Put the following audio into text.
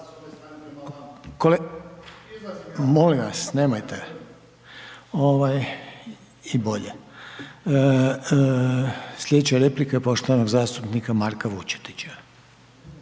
vas, nemojte i boje. Slijedeća replika poštovanog zastupnika Marka Vučetića.